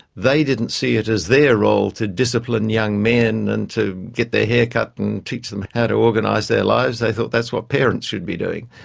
they didn't see it as their role to discipline young men and to get their hair cut and teach them how to organise their lives, they thought that's what parents should be doing.